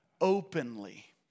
openly